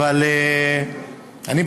אבל אני,